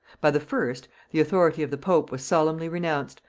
by the first, the authority of the pope was solemnly renounced,